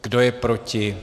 Kdo je proti?